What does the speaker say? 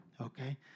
Okay